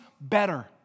better